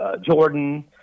Jordan